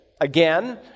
Again